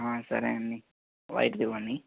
సరేనండి వైట్ది ఇవ్వండి